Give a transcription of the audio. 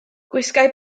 gwisgai